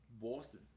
boston